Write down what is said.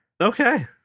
Okay